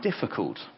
difficult